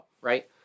right